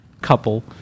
couple